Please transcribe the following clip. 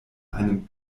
einem